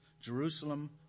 Jerusalem